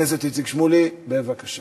ראשון המציגים, חבר הכנסת איציק שמולי, בבקשה.